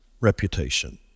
reputation